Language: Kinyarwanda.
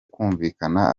kumvikana